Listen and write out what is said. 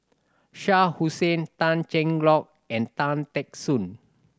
Shah Hussain Tan Cheng Lock and Tan Teck Soon